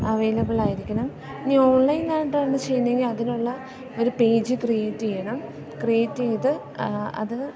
available ആയിരിക്കണം ഇനി online ആയിട്ടാണ് ചെയ്യുന്നതെങ്കിൽ അതിനുള്ള ഒരു പേജ് ക്രിയേറ്റ് ചെയ്യണം ക്രിയേറ്റ് ചെയ്ത് അത്